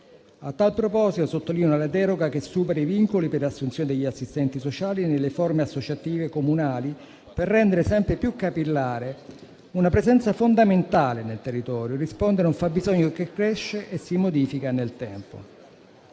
A tal proposito sottolineo la deroga che supera i vincoli per le assunzioni degli assistenti sociali e nelle forme associative comunali per rendere sempre più capillare una presenza fondamentale nel territorio e rispondere a un fabbisogno che cresce e si modifica nel tempo.